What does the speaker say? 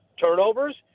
Turnovers